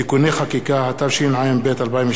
התשע"ב 2012. תודה.